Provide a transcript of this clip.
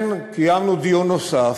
ולכן קיימנו דיון נוסף,